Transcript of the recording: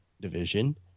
division